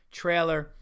trailer